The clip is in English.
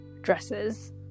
dresses